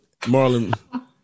Marlon